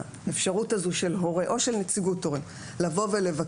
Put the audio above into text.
האפשרות הזו של הורה או של נציגות הורים לבקש